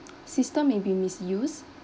system may be misused